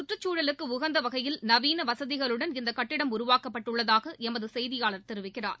கற்றுச்சூழலுக்கு உகந்த வகையில் நவீன வசதிகளுடன் இந்த கட்டிடம் உருவாக்கப்பட்டுள்ளதாக எமது செய்தியாளர் தெரிவிக்கிறார்